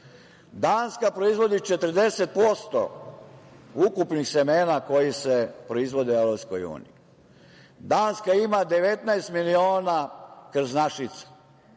jaja. Danska proizvodi 40% ukupnih semena koji se proizvode u EU. Danska ima 19 miliona krznašica,